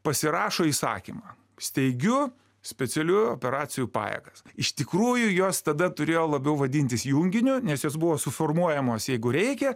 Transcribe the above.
pasirašo įsakymą steigiu specialiųjų operacijų pajėgas iš tikrųjų jos tada turėjo labiau vadintis junginiu nes jos buvo suformuojamos jeigu reikia